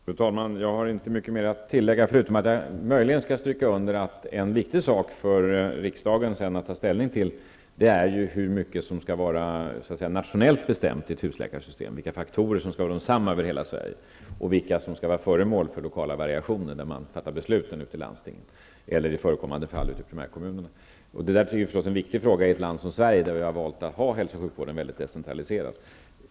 Fru talman! Jag har inte mycket att tillägga, men jag kan möjligen understryka att det med ett husläkarsystem är viktigt för riksdagen att ta ställning till hur mycket som skall vara bestämt nationellt sett, dvs. vilka faktorer som skall vara gällande för hela Sverige och vilka faktorer som skall vara föremål för lokala variationer, när man fattar beslut i landstingen eller i förekommande fall i primärkommunerna. Denna fråga är naturligtvis viktig i ett land som Sverige, där vi har valt att ha hälso och sjukvården väldigt decentraliserad.